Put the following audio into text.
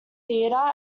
theatre